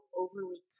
overly